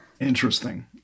Interesting